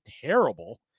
terrible